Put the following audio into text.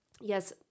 yes